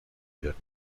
wird